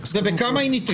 ובכמה היא נדחתה?